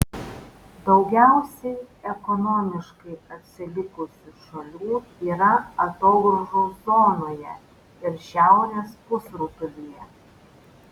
daugiausiai ekonomiškai atsilikusių šalių yra atogrąžų zonoje ir šiaurės pusrutulyje